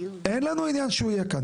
אין לנו עניין שהוא יהיה כאן.